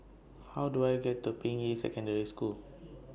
How Do I get to Ping Yi Secondary School